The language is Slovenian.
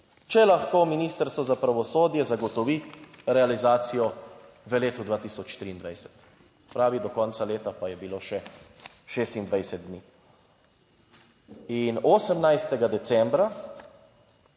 če lahko Ministrstvo za pravosodje zagotovi realizacijo v letu 2023, se pravi, do konca leta pa je bilo še 26 dni. In 18. decembra,